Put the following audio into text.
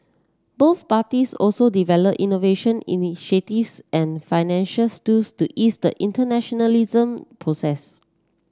both parties also develop innovation initiatives and financials tools to ease the internationalisation process